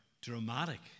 dramatic